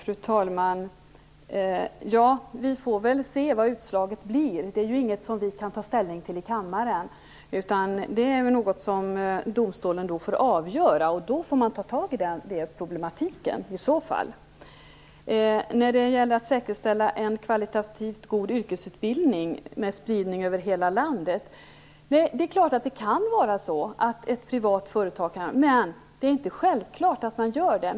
Fru talman! Vi får se vilket utslaget blir. Det är ju inget som vi kan ta ställning till i kammaren, utan det får domstolen avgöra. Sedan får man eventuellt ta tag i de problemen. En fråga gällde detta att säkerställa en kvalitativt god yrkesutbildning med spridning över hela landet. Visst kan ett privat bolag klara det, men det är inte självklart att man gör det.